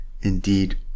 indeed